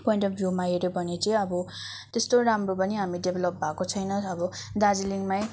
point of भ्युमा हेर्यो भने चाहिँ अब त्यस्तो राम्रो पनि हामी डेभलप भएको छैन अब दार्जिलिङमै